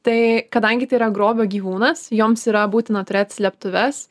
tai kadangi tai yra grobio gyvūnas joms yra būtina turėt slėptuves